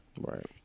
Right